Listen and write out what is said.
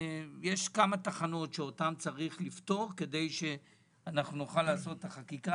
יש כמה תחנות שאותן צריך לפתור כדי שאנחנו נוכל לעשות את החקיקה